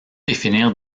définir